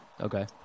Okay